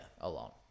alone